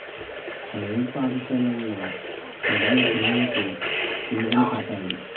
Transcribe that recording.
private పాఠశాలలో చదివే పిల్లలకు ఫీజులు కట్టాలి